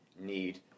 need